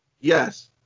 Yes